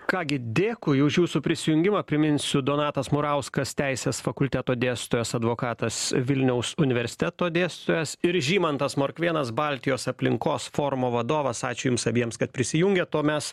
ką gi dėkui už jūsų prisijungimą priminsiu donatas murauskas teisės fakulteto dėstytojas advokatas vilniaus universiteto dėstytojas ir žymantas morkvėnas baltijos aplinkos forumo vadovas ačiū jums abiems kad prisijungėt o mes